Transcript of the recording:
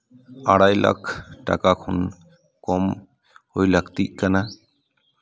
ᱟᱲᱟᱭ ᱞᱟᱠᱷ ᱴᱟᱠᱟ ᱠᱷᱚᱱ ᱠᱚᱢ ᱦᱩᱭ ᱞᱟᱹᱠᱛᱤᱜ ᱠᱟᱱᱟ